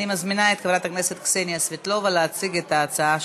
אני מזמינה את חברת הכנסת קסניה סבטלובה להציג את ההצעה שלה.